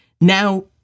Now